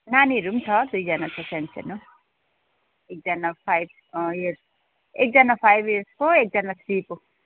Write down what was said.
नानीहरू पनि छ दुईजना छ सानसानो एकजना फाइभ इयर्स एकजना फाइभ इयर्सको एकजना थ्रीको